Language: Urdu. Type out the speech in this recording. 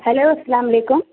ہیلو السلام علیکم